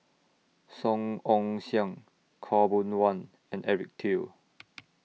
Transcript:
Song Ong Siang Khaw Boon Wan and Eric Teo